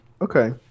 okay